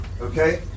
okay